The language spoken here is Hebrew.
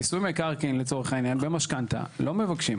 מיסוי מקרקעין, לצורך העניין, במשכנתא, לא מבקשים.